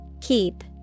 Keep